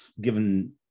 given